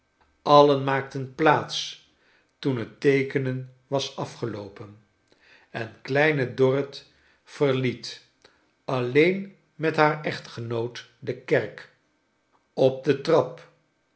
allen maakten plaats toen het teekenen was afgeloopen en kleine dorrit verliet alleen met haar echtgenoot de kerk op de trap